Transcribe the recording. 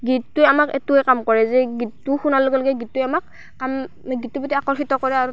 গীতটোৱে আমাক এইটোৱে কাম কৰে যে গীতটো শুনাৰ লগে লগে গীতটোৱে আমাক কাম গীতটোৰ প্ৰতি আকৰ্ষিত কৰে আৰু